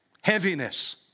heaviness